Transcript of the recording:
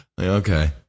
Okay